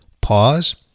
Pause